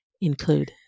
include